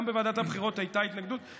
גם בוועדת הבחירות הייתה התנגדות,